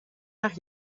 nach